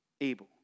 able